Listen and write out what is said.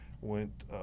went